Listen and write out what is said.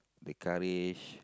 the courage